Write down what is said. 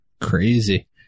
Crazy